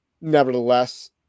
nevertheless